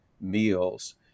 meals